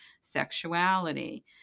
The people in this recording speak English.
sexuality